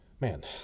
Man